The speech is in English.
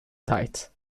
tide